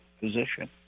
position